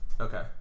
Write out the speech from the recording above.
okay